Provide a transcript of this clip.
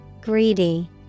Greedy